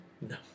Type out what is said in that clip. No